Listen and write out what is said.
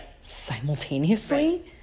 Simultaneously